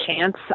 chance